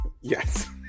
Yes